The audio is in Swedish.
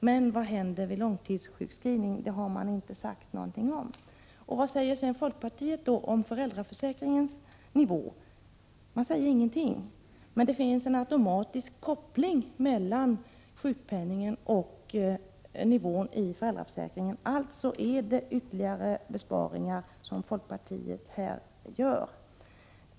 Vad som händer vid långtidssjukskrivning har man inte sagt någonting om. Inte heller om föräldraförsäkringens nivå säger folkpartiet någonting, men det finns en automatisk koppling mellan sjukpenningen och föräldraförsäkringens nivå, och folkpartiets förslag innebär alltså ytterligare besparingar.